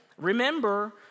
Remember